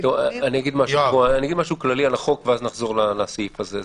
אגיד משהו כללי על החוק, ואז נחזור לסעיף הזה.